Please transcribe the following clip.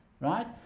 right